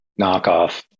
knockoff